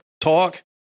Talk